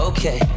Okay